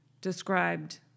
described